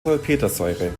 salpetersäure